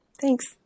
Thanks